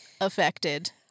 affected